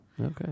Okay